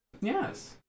Yes